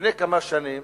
לפני כמה שנים